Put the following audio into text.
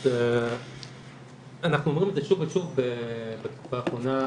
אז אנחנו אומרים את זה שוב שוב בתקופה האחרונה,